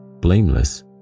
blameless